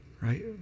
Right